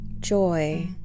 joy